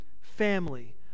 family